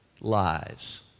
lies